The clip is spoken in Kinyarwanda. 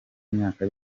myaka